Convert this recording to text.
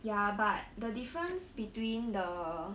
ya but the difference between the